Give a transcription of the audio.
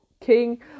king